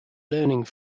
learning